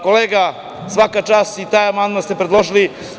Kolega, svaka čast za taj amandman što ste predložili.